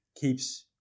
keeps